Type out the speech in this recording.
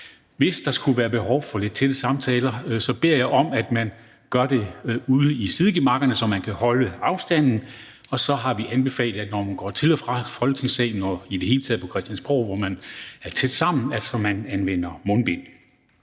Hvis der skulle være behov for lidt samtale, beder jeg om, at man gør det ude i sidegemakkerne, så man kan holde afstanden. Og så har vi anbefalet, at man, når man går til og fra Folketingssalen og i det hele taget går rundt på Christiansborg, hvor man er tæt sammen, anvender mundbind.